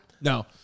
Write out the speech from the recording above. no